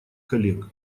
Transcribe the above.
коллег